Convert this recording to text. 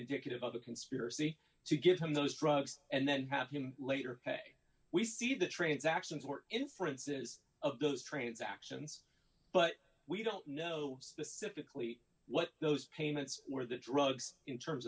indicative of a conspiracy to give him those drugs and then have him later pay we see the transactions or inferences of those transactions but we don't know specifically what those payments for the drugs in terms